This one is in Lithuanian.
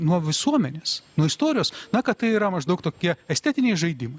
nuo visuomenės nuo istorijos na kad tai yra maždaug tokie estetiniai žaidimai